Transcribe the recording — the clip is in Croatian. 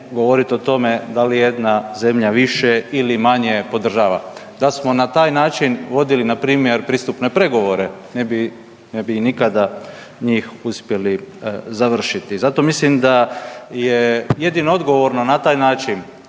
da li jedna zemlja više ili manje podržava. Da smo na taj način vodili npr. pristupne pregovore ne bi nikada njih uspjeli završiti. Zato mislim da je jedino odgovorno na taj način